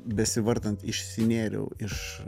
besivartant išsinėriau iš